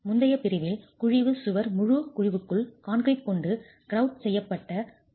முந்தைய பிரிவில் குழிவு சுவர் முழு குழிவுக்குள் கான்கிரீட் கொண்டு கிரவுட் செய்யப்பட வேண்டும்